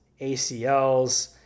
ACLs